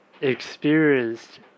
experienced